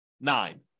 nine